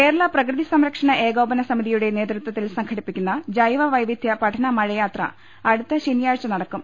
കേരള പ്രകൃതി സംരക്ഷണ ഏകോപന സമിതിയുടെ നേതൃത്വത്തിൽ സംഘടിപ്പിക്കുന്ന വിദ്യാർഥികളുടെ ജൈവ വൈവിധ്യ പഠന മഴയാത്ര അടുത്ത ശനിയാഴ്ച നടക്കും